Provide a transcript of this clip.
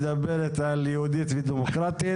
דואר רשום בלי אישור מסירה.